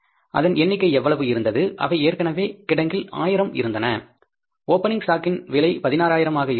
அதன் எண்ணிக்கை எவ்வளவு இருந்தது அவை ஏற்கனவே கிடங்கில் 1000 இருந்தன ஓப்பனிங் ஷ்டாக் இன் விலை 16000 ஆக இருந்தது